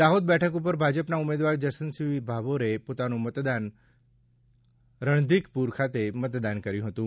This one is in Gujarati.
દાહોદ બેઠક ઉપર ભાજપના ઉમેદવાર જશવંતસિંહ ભાભોરે પોતાનું મતદાન રણધિકપુર ખાતે મતદાન કર્યું હતું